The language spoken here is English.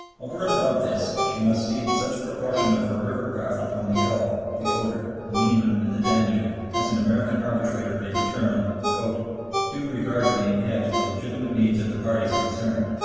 over and above this she must cede such proportion of her river craft upon the elbe, the oder, the niemen, and the danube as an american arbitrator may determine, due regard being had to the legitimate needs of the parties concerned,